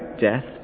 death